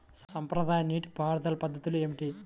సాంప్రదాయ నీటి పారుదల పద్ధతులు ఏమిటి?